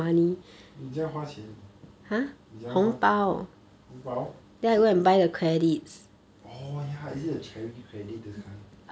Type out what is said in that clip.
你怎样花钱你怎样花红包 oh ya is it the cherry credit this kind